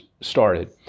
started